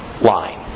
line